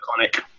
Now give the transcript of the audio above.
iconic